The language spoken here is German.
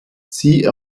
sie